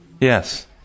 Yes